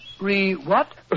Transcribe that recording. Re-what